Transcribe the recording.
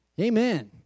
Amen